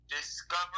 discover